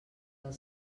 del